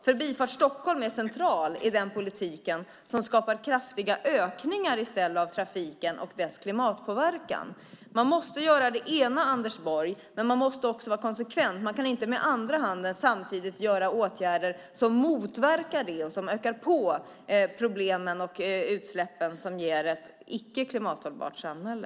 Förbifart Stockholm utgör en central del i en politik som i stället skapar kraftiga ökningar av trafiken och dess klimatpåverkan. Man måste göra det ena, Anders Borg, men man måste också vara konsekvent. Man kan inte med andra handen samtidigt vidta åtgärder som motverkar och ökar på problemen och utsläppen som ger ett icke klimathållbart samhälle.